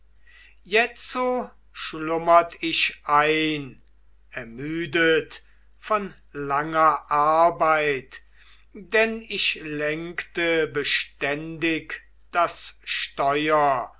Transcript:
jetzo schlummert ich ein ermüdet von langer arbeit denn ich lenkte beständig das steuer